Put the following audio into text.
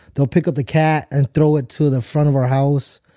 they'll pick up the cat and throw it to the front of our house.